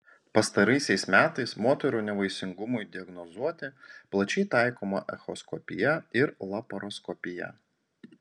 pastaraisiais metais moterų nevaisingumui diagnozuoti plačiai taikoma echoskopija ir laparoskopija